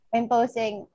imposing